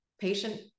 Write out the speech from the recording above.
patient